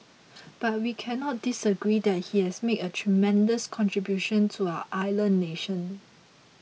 but we cannot disagree that he has made a tremendous contribution to our island nation